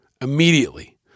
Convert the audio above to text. immediately